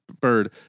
bird